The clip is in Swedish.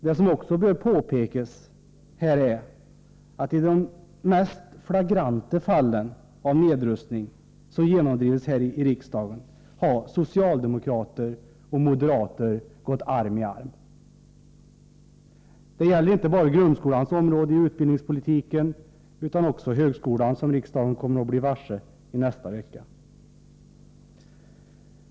Det som också bör påpekas här är att socialdemokrater och moderater — i de mest flagranta fall av nedrustning som har genomdrivits här i riksdagen — har gått arm i arm. Det gäller inte bara grundskolans område inom utbildningspolitiken utan också högskolan, vilket riksdagen kommer att bli varse i nästa vecka.